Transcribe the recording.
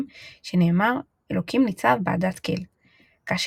כאשר החלו לקיים בו תפילות.